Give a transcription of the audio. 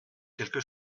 quelque